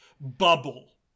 bubble